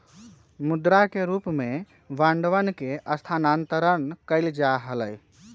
मुद्रा के रूप में बांडवन के स्थानांतरण कइल जा हलय